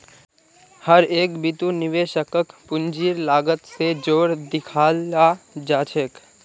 हर एक बितु निवेशकक पूंजीर लागत स जोर देखाला जा छेक